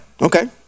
okay